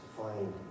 find